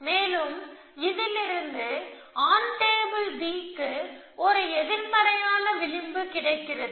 மேலும் இதிலிருந்து on table B க்கு ஒரு எதிர்மறையான விளிம்பு கிடைக்கிறது